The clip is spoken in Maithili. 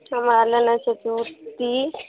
हमरा लेनाइ छै जूती